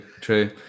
true